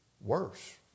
worse